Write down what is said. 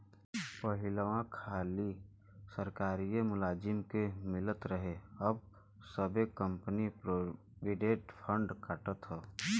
पहिलवा खाली सरकारिए मुलाजिम के मिलत रहे अब सब्बे कंपनी प्रोविडेंट फ़ंड काटत हौ